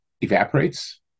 evaporates